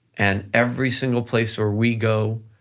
and every single place where we go,